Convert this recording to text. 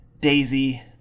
Daisy